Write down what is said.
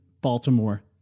Baltimore